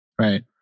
Right